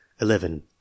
eleven